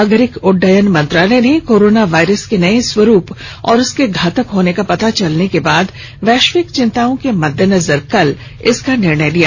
नागरिक उड्डयन मंत्रालय ने कोरोना वायरस के नये स्वरूप और उसके घातक होने का पता चलने के बाद वैश्विक चिंताओं के मद्देनजर कल इसका निर्णय लिया